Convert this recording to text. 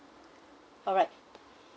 alright